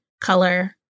color